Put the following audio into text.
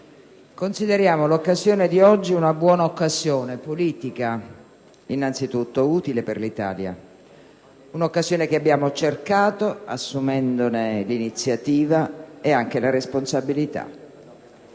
consideriamo l'occasione di oggi una buona occasione, politica innanzi tutto, utile per l'Italia. È un'occasione che abbiamo cercato, assumendone l'iniziativa ed anche la responsabilità,